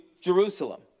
Jerusalem